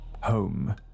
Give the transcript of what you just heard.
home